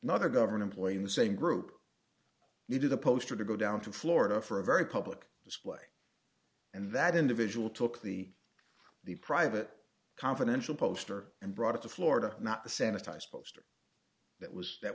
another government employee in the same group you do the poster to go down to florida for a very public display and that individual took the the private confidential poster and brought it to florida not the sanitized poster that was that